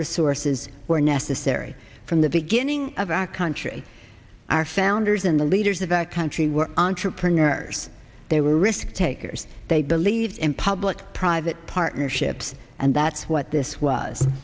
resources were necessary from the beginning of our country our founders in the leaders of our country were entrepreneurs they were risk takers they believed in public private partnerships and that's what this was